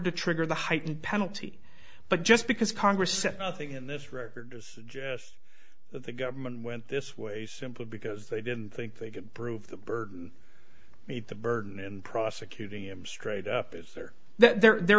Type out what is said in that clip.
to trigger the heightened penalty but just because congress said nothing in this record that the government went this way simply because they didn't think they could prove the burden meet the burden in prosecuting him straight up is there that there